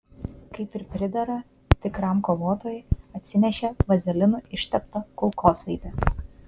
kaip ir pridera tikram kovotojui atsinešė vazelinu išteptą kulkosvaidį